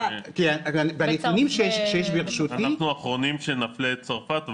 בנתונים שיש ברשותי --- אנחנו האחרונים שנפלה את צרפת,